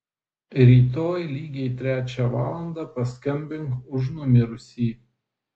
rytoj lygiai trečią valandą paskambink už numirusį